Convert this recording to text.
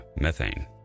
Methane